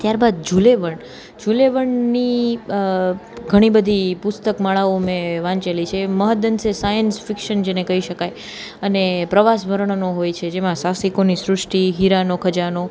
ત્યાર બાદ Jules Verne Jules વર્લ્ડની ઘણી બધી પુસ્તક માળાઓ મેં વાંચેલી છે મહદ અંશે સાયન્સ ફિક્શન જેને કહી શકાય અને પ્રવાસ વર્ણનો હોય છે જેમાં સાહસિકોની સૃષ્ટિ હીરાનો ખજાનો